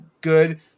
good